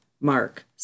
Mark